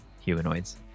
Humanoids